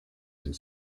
and